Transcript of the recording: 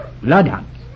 Bloodhounds